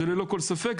זה ללא כל ספק,